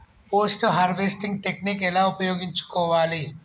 Post harvesting technique ఎలా ఉపయోగించుకోవాలి?